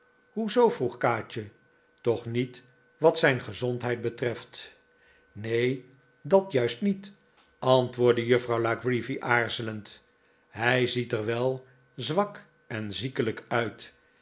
hoe zoo vroeg kaatje toch niet wat zijn gezondheid betreft neen dat juist niet antwoordde juffrouw la creevy aarzelend hij ziet er wel zwak en ziekelijk uit